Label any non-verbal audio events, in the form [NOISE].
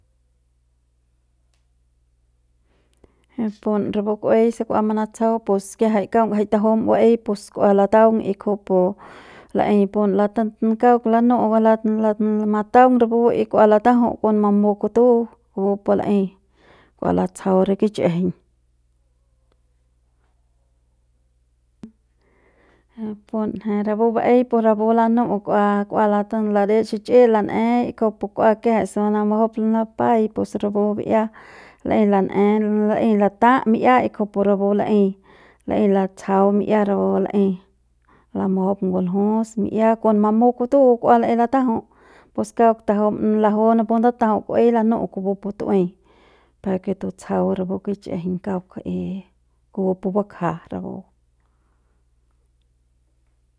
Pun rapu ku'uei se kua manantsjau pus kiajai kaung jai tajum baei pus kua lataung y kujupu laeiñ pun [HESITATION] mataung rapu y kua latajau kon mamu kutu kupu pu laei kua latsjau re kichjiñ a punje rapu baei pu rapu lanu kua kua latau lades xiki lan'e kujupu kua kiajai se lamujup lapai pus rapu bi'ia lai lan'e lai lata mi'ia kujupu rapu laei laei latsjau mi'ia rapu laei lamujup nguljus mi'ia kon mamu kutu kua laei latajau pus kauk tajum laju napu ndatajau ku'uei lanu'u kupu pu tu'uei par ke tutsjau rapu kichjiñ kauk y kupu pu bakja rapu.